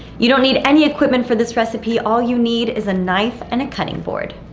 you don't need any equipment for this recipe. all you need is a knife and a cutting board.